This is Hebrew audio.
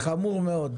חמור מאוד.